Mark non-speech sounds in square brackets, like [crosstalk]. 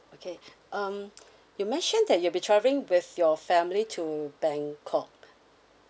okay [breath] um [breath] you mention that you'll be travelling with your family to bangkok